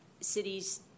Cities